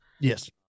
Yes